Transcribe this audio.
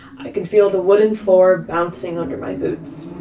i can feel the wooden floor bouncing under my boots.